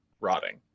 rotting